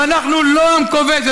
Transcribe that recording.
ואנחנו לא עם כובש.